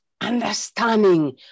understanding